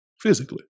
physically